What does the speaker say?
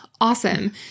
awesome